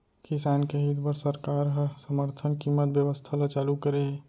किसान के हित बर सरकार ह समरथन कीमत बेवस्था ल चालू करे हे